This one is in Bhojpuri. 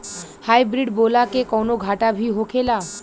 हाइब्रिड बोला के कौनो घाटा भी होखेला?